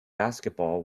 basketball